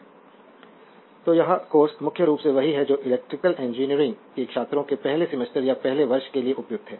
slide समय देखें 0222 तो यह कोर्स मुख्य रूप से वही है जो इलेक्ट्रिकल इंजीनियरिंग के छात्रों के पहले सेमेस्टर या पहले वर्ष के लिए उपयुक्त है